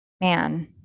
man